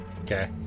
Okay